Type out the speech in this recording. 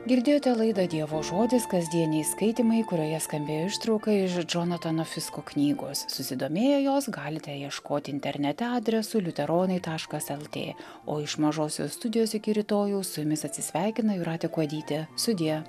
girdėjote laidą dievo žodis kasdieniai skaitymai kurioje skambėjo ištrauka iš džonatano fisko knygos susidomėję jos galite ieškoti internete adresu liuteronai taškas el tė o iš mažosios studijos iki rytojaus su jumis atsisveikina jūratė kuodytė sudie